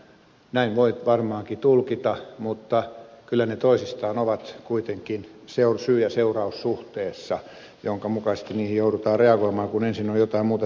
näin voi varmaankin tulkita mutta kyllä ne toistensa kanssa ovat kuitenkin syy ja seuraussuhteessa ja sen mukaisesti niihin joudutaan reagoimaan kun ensin on jotain muuta sanottu